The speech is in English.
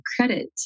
credit